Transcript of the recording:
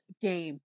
game